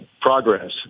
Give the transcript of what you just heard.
progress